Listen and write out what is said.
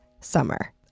summer